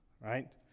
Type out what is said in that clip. right